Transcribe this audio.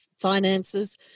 finances